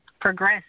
progress